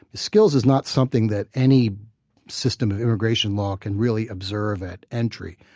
skills is not something that any system of immigration law can really observe at entry.